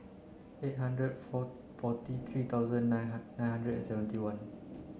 eight hundred four forty three thousand nine nine hundred and seventy one